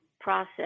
process